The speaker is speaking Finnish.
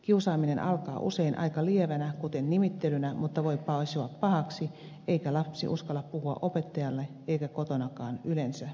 kiusaaminen alkaa usein aika lievänä kuten nimittelynä mutta voi paisua pahaksi eikä lapsi uskalla puhua opettajalle eikä kotonakaan yleensä huomata